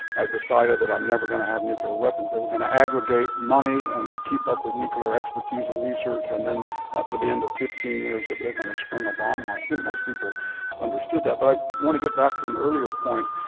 i decided that i'm never going to have nuclear weapons. they were going to aggregate money and keep up with nuclear expertise and research and then after the end of fifteen years, they were going to spring a bomb. ah i think most people understood that. but i want to get back to an earlier point.